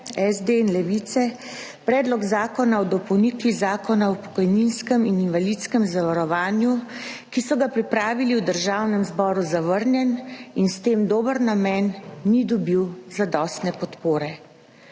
SD in Levica Predlog zakona o dopolnitvi Zakona o pokojninskem in invalidskem zavarovanju, ki so ga pripravili v Državnem zboru, zavrnjen in s tem dober namen ni dobilzadostne podpore.